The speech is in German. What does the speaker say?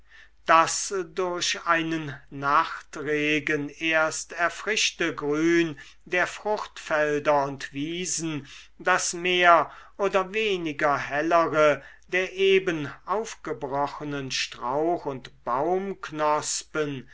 das durch einen nachtregen erst erfrischte grün der fruchtfelder und wiesen das mehr oder weniger hellere der eben aufgebrochenen strauch und